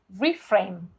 reframe